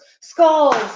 skulls